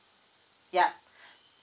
yeah